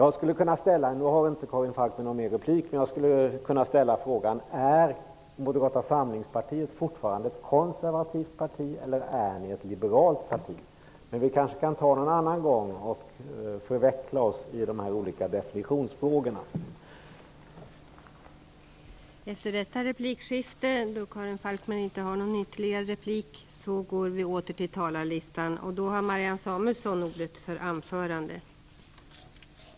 Karin Falkmer har inte rätt till någon ytterligare replik, men jag vill ändå ställa frågan: Är Moderata Samlingspartiet fortfarande ett konservativt parti eller är det ett liberalt parti? Vi kanske kan förveckla oss i de olika definitionsfrågorna vid ett annat tillfälle.